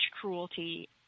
cruelty